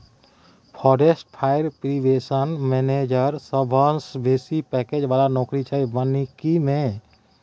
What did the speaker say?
forest fire prevention manager सबसँ बेसी package बला नौकरी छै बानिकी मे